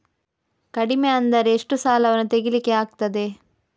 ಕಡಿಮೆ ಅಂದರೆ ಎಷ್ಟು ಸಾಲವನ್ನು ತೆಗಿಲಿಕ್ಕೆ ಆಗ್ತದೆ?